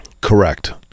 Correct